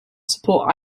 support